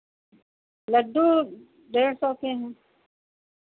लड्डू डेढ़ सौ की है